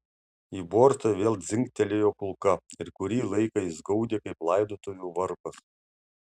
į bortą vėl dzingtelėjo kulka ir kurį laiką jis gaudė kaip laidotuvių varpas